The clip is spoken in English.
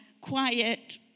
quiet